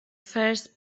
first